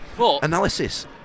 Analysis